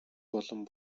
болон